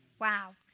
Wow